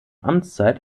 amtszeit